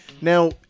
Now